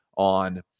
on